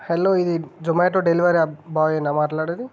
hello ఇది Zomato delivery boy యేనా మాట్లాడేది